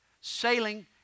sailing